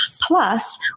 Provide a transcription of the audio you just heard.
Plus